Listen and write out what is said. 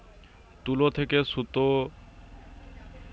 তুলো থেকে সুতো করার যে প্রক্রিয়া সেটা কটন মিল এ করা হতিছে